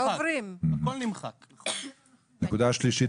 נקודה שלישית,